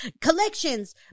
collections